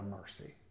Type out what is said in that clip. mercy